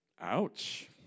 Ouch